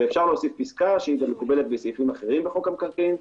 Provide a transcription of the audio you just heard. ואפשר להוסיף פסקה שמקובלת בסעיפים אחרים בחוק המקרקעין,